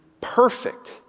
perfect